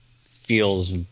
feels